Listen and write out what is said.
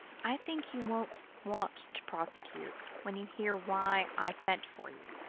i think you won't want to prosecute, when you hear why i sent for you,